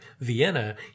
Vienna